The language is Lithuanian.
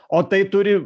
o tai turi